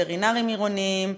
וטרינרים עירוניים,